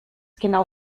genau